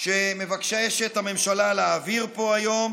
שמבקשת הממשלה להעביר פה היום